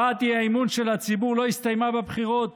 הבעת האי-אמון של הציבור לא הסתיימה בבחירות